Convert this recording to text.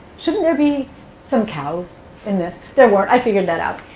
shouldn't there be some cows in this? there weren't. i figured that out.